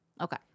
Okay